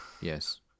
yes